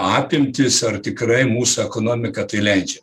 apimtis ar tikrai mūsų ekonomika tai leidžia